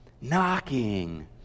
knocking